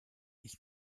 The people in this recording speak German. ich